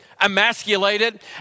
emasculated